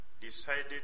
decided